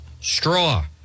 straw